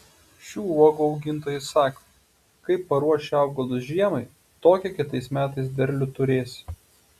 šių uogų augintojai sako kaip paruoši augalus žiemai tokį kitais metais derlių turėsi